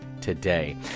today